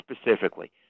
specifically